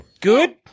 Good